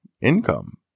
income